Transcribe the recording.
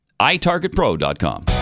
iTargetPro.com